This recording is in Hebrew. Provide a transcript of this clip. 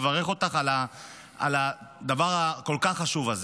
מברך אותך על הדבר הכל-כך חשוב הזה.